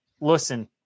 listen